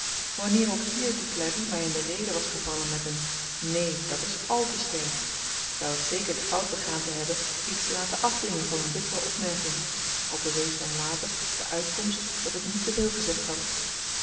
wanneer ook hier duclari my in de rede was gevallen met n neen dat is àl te sterk zou ik zeker de fout begaan hebben iets te laten afdingen van m'n bittere opmerking al bewees dan later de uitkomst dat ik niet te veel gezegd had